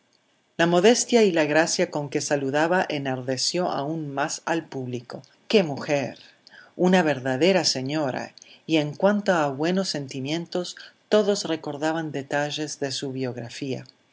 la modestia y la gracia con que saludaba enardeció aún más al público qué mujer una verdadera señora y en cuanto a buenos sentimientos todos recordaban detalles de su biografía